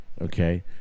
okay